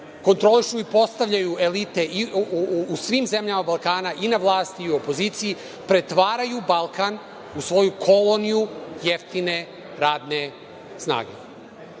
kontrolišu u postavljaju elite u svim zemljama Balkana i na vlasti i u opoziciji, pretvaraju Balkan u svoju koloniju jeftine radne snage. Srbija